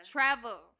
Travel